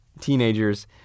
teenagers